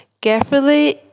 carefully